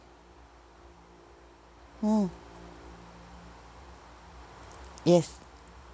mm yes